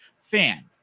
fan